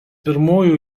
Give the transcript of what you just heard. pirmųjų